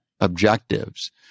objectives